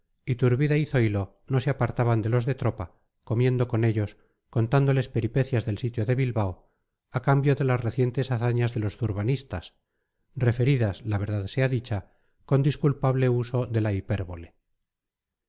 iturbide y zoilo no se apartaban de los de tropa comiendo con ellos contándoles peripecias del sitio de bilbao a cambio de las recientes hazañas de los zurbanistas referidas la verdad sea dicha con disculpable uso de la hipérbole